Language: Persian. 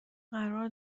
قرار